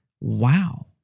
Wow